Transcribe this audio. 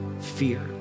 fear